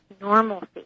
normalcy